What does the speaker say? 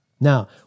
Now